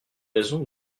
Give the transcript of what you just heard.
raisons